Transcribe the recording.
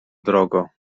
drogo